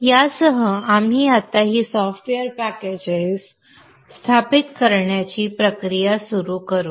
यासह आपण आता ही सॉफ्टवेअर पॅकेजेस स्थापित करण्याची प्रक्रिया सुरू करू